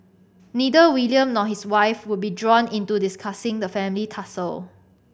neither William nor his wife would be drawn into discussing the family tussle